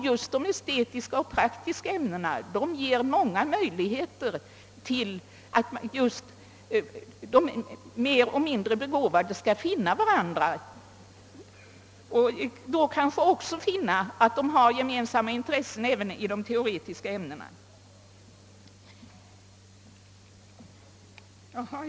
Just de estetiska och praktiska ämnena ger många möjligheter till att de mer och de mindre begåvade skall finna varandra och då kanske också finna att de har gemensamma intressen även i de teoretiska ämnena.